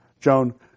Joan